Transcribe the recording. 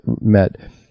met